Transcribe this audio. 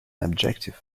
objective